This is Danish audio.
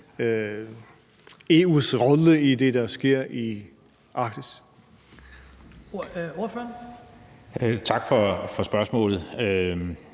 EU's rolle i det, der sker i Arktis?